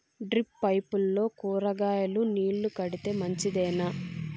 Drip పైపుల్లో కూరగాయలు నీళ్లు కడితే మంచిదేనా?